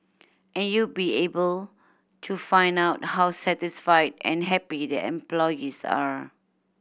and you be able to find out how satisfied and happy the employees are